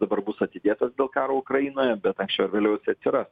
dabar bus atidėtas dėl karo ukrainoje bet anksčiau ar vėliau atsiras